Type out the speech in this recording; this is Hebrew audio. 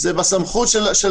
אסור לעשות את זה בתכלית האיסור.